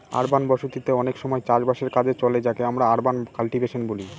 urban বসতি তে অনেক সময় চাষ বাসের কাজে চলে যাকে আমরা আরবান কাল্টিভেশন বলি